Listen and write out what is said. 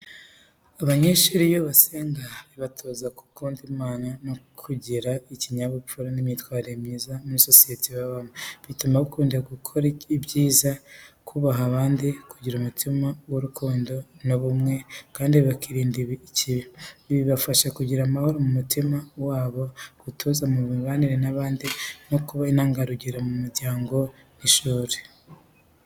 Abanyeshuri iyo basenga bibatoza gukunda Imana no kugira ikinyabupfura n'imyitwarire myiza muri sosiyete babamo. Bituma bakunda gukora ibyiza, kubaha abandi, kugira umutima w’urukundo n’ubumwe, kandi bakirinda ikibi. Ibi bibafasha kugira amahoro mu mutima wabo, gutuza mu mibanire n’abandi, no kuba intangarugero mu muryango n’ishuri.